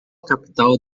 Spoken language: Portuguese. capital